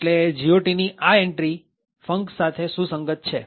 એટલે GOT ની આ એન્ટ્રી func સાથે સુસંગત છે